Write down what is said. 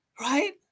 right